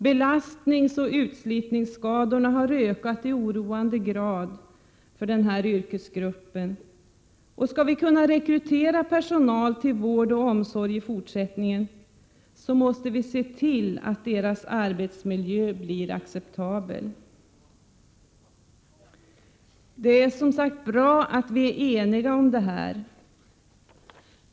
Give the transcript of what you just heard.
Belastningsoch utslitningsskadorna har inom den yrkesgrupp som det här är fråga om ökat i oroande grad. Skall vi kunna rekrytera personal till vård och omsorg i fortsättningen, måste vi se till att personalens arbetsmiljö blir acceptabel. Det är, som sagt, bra att vi är eniga om det här.